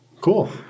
Cool